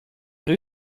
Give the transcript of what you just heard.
rue